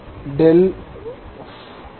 0 5